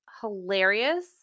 hilarious